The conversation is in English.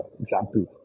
example